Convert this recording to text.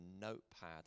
notepad